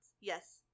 Yes